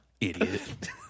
Idiot